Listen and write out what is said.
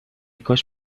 کاش